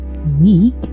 Week